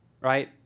right